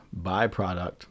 byproduct